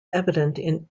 evident